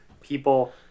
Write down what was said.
people